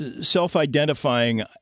self-identifying